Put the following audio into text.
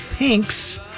pinks